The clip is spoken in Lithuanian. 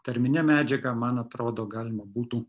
tarmine medžiaga man atrodo galima būtų